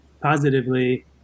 positively